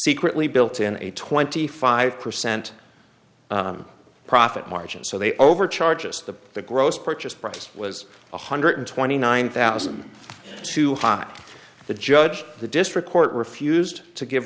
secretly built in a twenty five percent profit margin so they over charges of the gross purchase price was one hundred twenty nine thousand two hot the judge the district court refused to give